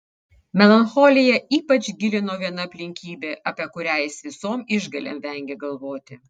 melancholiją ypač gilino viena aplinkybė apie kurią jis visom išgalėm vengė galvoti